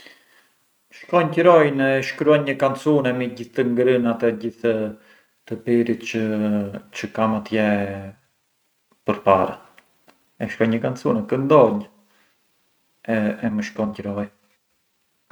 Shkonj qëroin e shkruanj një kancune me gjith të ngrënërat e gjthë të pirit çë… çë kam atje përpara, e shkruanj një kancune, këndonj e më shkon qëroi.